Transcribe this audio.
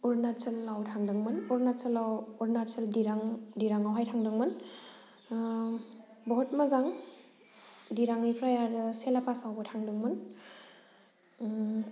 अरुनाचलाव थांदोंमोन अरुनाचलाव दिरां दिराङावहाय थांदोंमोन बहुत मोजां दिरांनिफ्राय आरो सेलापासावबो थांदोंमोन